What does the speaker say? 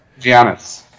Giannis